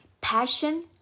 Passion